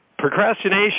procrastination